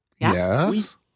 Yes